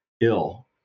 ill